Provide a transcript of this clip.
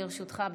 לרשותך.